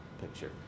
picture